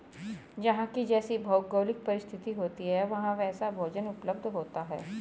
जहां की जैसी भौगोलिक परिस्थिति होती है वहां वैसा भोजन उपलब्ध होता है